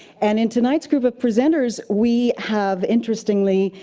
and in tonight's group of presenters, we have, interestingly,